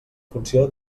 funció